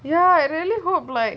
ya I really hope like